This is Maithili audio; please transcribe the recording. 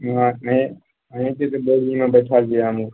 यहाँ नहि अहीके तऽ बोगीमऽ बैठलियै हमहुँ